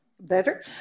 better